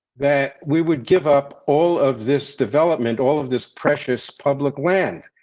that we would give up all of this development, all of this precious public land.